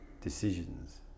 decisions